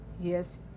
Yes